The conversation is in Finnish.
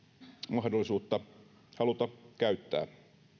mahdollisuutta haluta käyttää